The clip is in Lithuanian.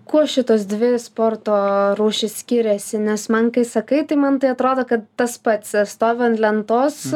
kuo šitos dvi sporto rūšys skiriasi nes man kai sakai tai man tai atrodo kad tas pats stovi an lentos